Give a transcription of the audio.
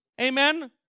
amen